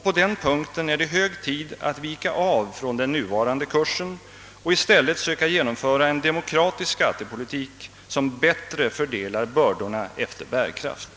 På den punkten är det hög tid att vika av från den nuvarande kursen och i stället söka genomföra en demokratisk skattepolitik, som bättre fördelar bördorna efter bärkraft.